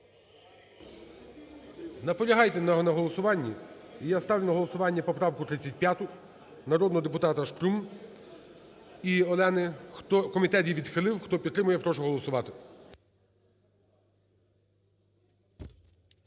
Наполягаєте на голосуванні? І я ставлю на голосування поправку 35 народного депутата Шкрум Олени. Комітет її відхилив, хто підтримує прошу голосувати.